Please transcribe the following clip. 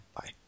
Bye